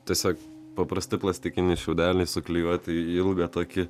tiesiog paprasti plastikiniai šiaudeliai suklijuoti į ilgą tokį